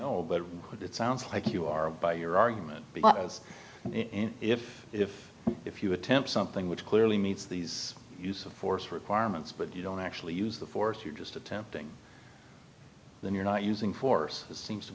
what it sounds like you are by your argument because if if if you attempt something which clearly meets these use of force requirements but you don't actually use the force you're just attempting then you're not using force seems to